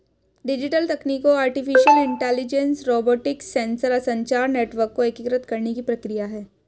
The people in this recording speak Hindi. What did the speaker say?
डिजिटल तकनीकों आर्टिफिशियल इंटेलिजेंस, रोबोटिक्स, सेंसर, संचार नेटवर्क को एकीकृत करने की प्रक्रिया है